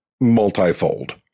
multifold